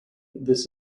this